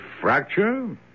fracture